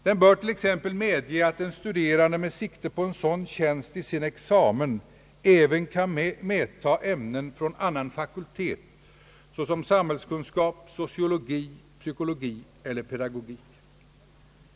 Den bör t.ex. medge att en stu derande med sikte på en sådan tjänst i sin examen även kan medtaga ämnen från annan fakultet såsom samhällskunskap, sociologi, psykologi eller pedagogik.